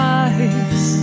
eyes